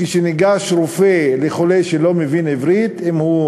כשניגש רופא לחולה שלא מבין עברית, אם הוא